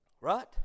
Right